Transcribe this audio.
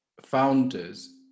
founders